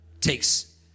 takes